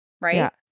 Right